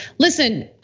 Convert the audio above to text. listen,